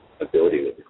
ability